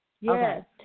Yes